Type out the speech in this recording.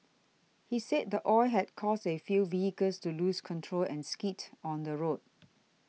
he said the oil had caused a few vehicles to lose control and skid on the road